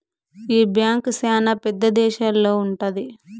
ఈ బ్యాంక్ శ్యానా పెద్ద దేశాల్లో ఉంటది